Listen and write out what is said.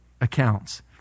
Accounts